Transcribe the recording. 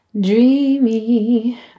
Dreamy